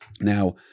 Now